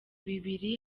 bibiri